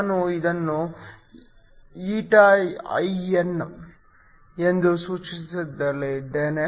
ನಾನು ಇದನ್ನು eta I N ಎಂದು ಸೂಚಿಸಲಿದ್ದೇನೆ